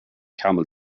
camel